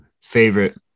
favorite